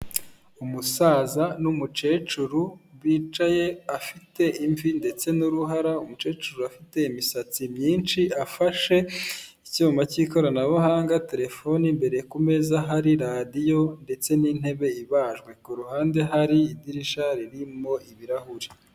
Umusaza n'umukecuru bicaye afite imvi ndetse n'uruhara, umukecuru afite imisatsi myinshi. Afashe icyuma cy'ikoranabuhanga terefone, mbere ku meza hari radiyo ndetse n'intebe ibajwe ku ruhande hari idirisha ririmo ibirahuri.